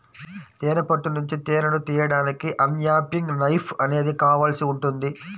తేనె పట్టు నుంచి తేనెను తీయడానికి అన్క్యాపింగ్ నైఫ్ అనేది కావాల్సి ఉంటుంది